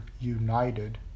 united